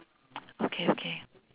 okay okay